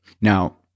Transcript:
Now